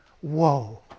whoa